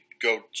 go